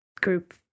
group